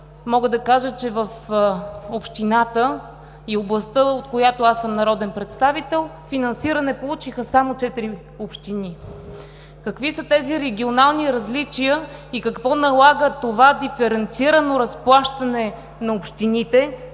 Мога да кажа, че в общината и областта, от която аз съм народен представител, финансиране получиха само четири общини. Какви са тези регионални различия и какво налага това диференцирано разплащане на общините?